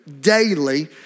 daily